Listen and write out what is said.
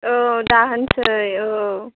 औ दाहोनसै औ